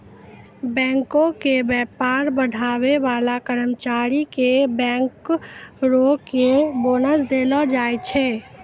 बैंको के व्यापार बढ़ाबै बाला कर्मचारी के बैंकरो के बोनस देलो जाय छै